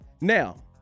Now